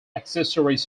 accessories